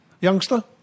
Youngster